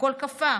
הכול קפא.